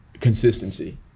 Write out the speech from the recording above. consistency